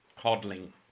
coddling